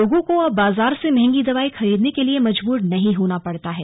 लोगों को अब बाजार से महंगी दवाएं खरीदने के लिए मजबूर नहीं होना पड़ता है